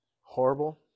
horrible